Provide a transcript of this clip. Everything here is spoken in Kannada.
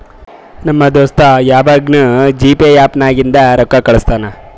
ನಮ್ ದೋಸ್ತ ಯವಾಗ್ನೂ ಜಿಪೇ ಆ್ಯಪ್ ನಾಗಿಂದೆ ರೊಕ್ಕಾ ಕಳುಸ್ತಾನ್